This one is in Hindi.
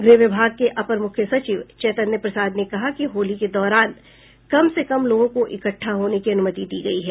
गृह विभाग के अपर मुख्य सचिव चैतन्य प्रसाद ने कहा कि होली के दौरान कम से कम लोगों को इकट्ठा होने की अनुमति दी गयी है